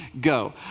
go